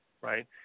right